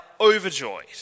overjoyed